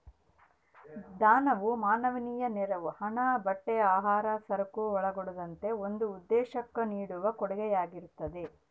ದಾನವು ಮಾನವೀಯ ನೆರವು ಹಣ ಬಟ್ಟೆ ಆಹಾರ ಸರಕು ಒಳಗೊಂಡಂತೆ ಒಂದು ಉದ್ದೇಶುಕ್ಕ ನೀಡುವ ಕೊಡುಗೆಯಾಗಿರ್ತದ